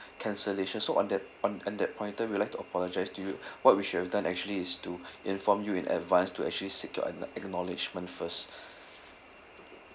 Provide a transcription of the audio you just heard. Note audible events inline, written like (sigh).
cancellations so on that on on that pointer we'll like to apologise to you (breath) what we should have done actually is to (breath) inform you in advance to actually seek your ackno~ acknowledgement first (breath)